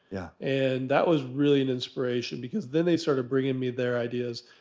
yeah and that was really an inspiration because then they started bringing me their ideas.